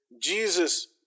Jesus